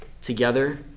together